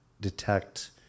detect